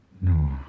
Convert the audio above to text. No